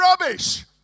rubbish